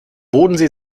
bodensee